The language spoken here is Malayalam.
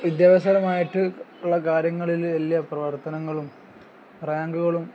വിദ്യാഭ്യാസപരമായിട്ട് ഉള്ള കാര്യങ്ങളിൽ വലിയ പ്രവർത്തനങ്ങളും റാങ്കുകളും